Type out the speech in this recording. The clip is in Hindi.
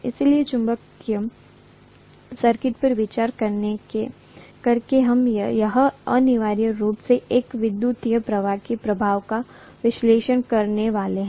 इसलिए चुंबकीय सर्किट पर विचार करके हम यह अनिवार्य रूप से एक विद्युत प्रवाह के प्रभाव का विश्लेषण करने वाले है